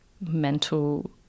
mental